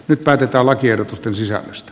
nyt päätetään lakiehdotusten sisällöstä